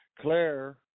Claire